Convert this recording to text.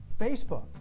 Facebook